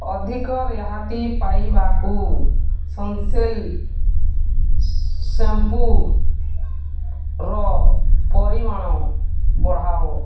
ଅଧିକ ରିହାତି ପାଇବାକୁ ସନସିଲ୍କ୍ ଶ୍ୟାମ୍ପୂର ପରିମାଣ ବଢ଼ାଅ